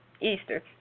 Easter